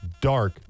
dark